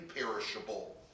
imperishable